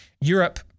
Europe